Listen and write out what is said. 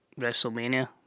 Wrestlemania